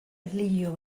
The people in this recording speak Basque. erlijio